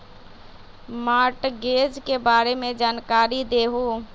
Mortgage के बारे में जानकारी देहु?